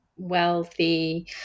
wealthy